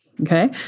Okay